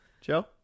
Joe